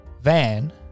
van